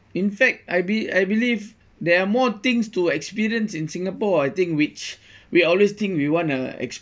in fact I be~ I believe there are more things to experience in singapore I think which we always think we wanna